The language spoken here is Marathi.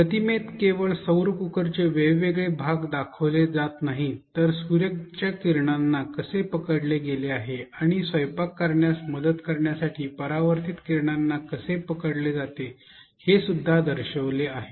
प्रतिमेत केवळ सौर कुकरचे वेगवेगळे भागच दर्शविले जात नाहीत तर सूर्याच्या किरणांना कसे पकडले गेले आहे आणि स्वयंपाक करण्यात मदत करण्यासाठी परावर्तित किरणांना कसे पकडले जाते हे सुद्धा दर्शवले आहे